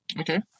Okay